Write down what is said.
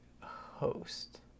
host